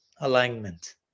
Alignment